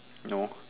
no